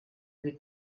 lui